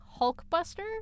Hulkbuster